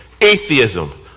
atheism